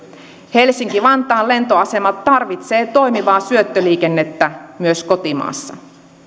helsinki vantaan lentoasema tarvitsee toimivaa syöttöliikennettä myös kotimaassa